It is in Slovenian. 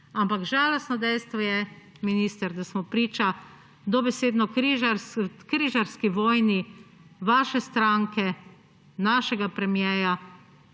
Ampak žalostno dejstvo je, minister, da smo priča dobesedno križarski vojni vaše stranke, našega premiera